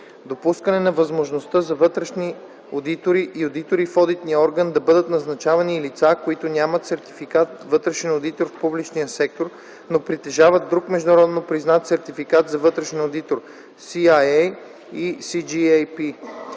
допускане на възможността за вътрешни одитори и одитори в Одитния орган да бъдат назначавани и лица, които нямат сертификат „Вътрешен одитор в публичния сектор”, но притежават друг международно признат сертификат за вътрешен одитор – CIA и CGAP;